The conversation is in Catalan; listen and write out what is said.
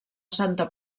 santa